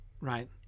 right